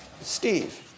steve